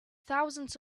thousands